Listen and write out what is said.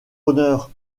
honneur